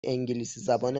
انگلیسیزبان